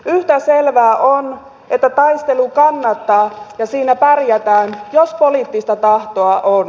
yhtä selvää on että taistelu kannattaa ja siinä pärjätään jos poliittista tahtoa on